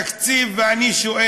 ובסוף מביאים לנו תקציב, ואני שואל: